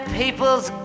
people's